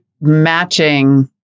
matching